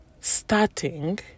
starting